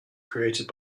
created